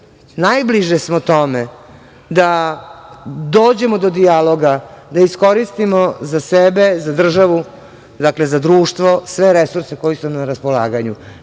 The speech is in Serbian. Najbliže smo tome da dođemo do dijaloga, da iskoristimo za sebe, za državu, dakle, za društvo sve resurse koji su nam na raspolaganju.